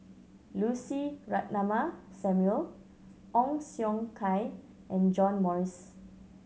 Lucy Ratnammah Samuel Ong Siong Kai and John Morrice